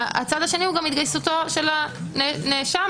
השני הוא גם התגייסותו של הנאשם,